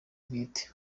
bwite